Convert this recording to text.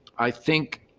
i think,